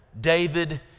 David